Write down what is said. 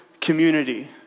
community